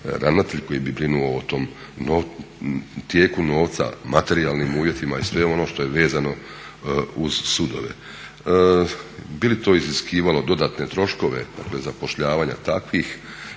ravnatelj koji bi brinuo o tom tijeku novca, materijalnim uvjetima i sve ono što je vezano uz sudove. Bi li to iziskivalo dodatne troškove, dakle zapošljavanja takvih